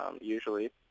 usually